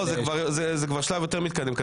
זה כבר שלב יותר מתקדם.